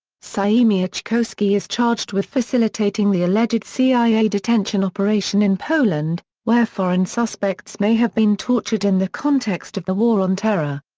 siemiatkowski is charged with facilitating the alleged cia detention operation in poland, where foreign suspects may have been tortured in the context of the war on terror.